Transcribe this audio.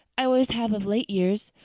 i always have of late years.